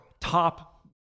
top